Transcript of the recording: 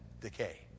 decay